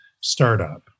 startup